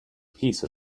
piece